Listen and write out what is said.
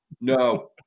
no